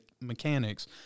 mechanics